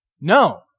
No